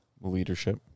Leadership